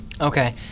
Okay